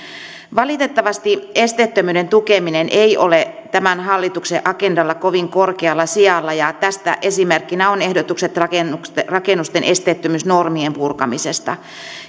valitettavasti esteettömyyden tukeminen ei ole tämän hallituksen agendalla kovin korkealla sijalla ja tästä esimerkkinä ovat ehdotukset rakennusten rakennusten esteettömyysnormien purkamisesta